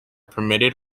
permitted